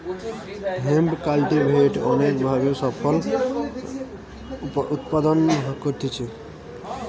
hemp cultivate অনেক ভাবে ফসল উৎপাদন করতিছে